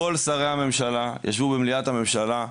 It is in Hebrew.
כל שרי הממשלה ישבו במליאת הממשלה,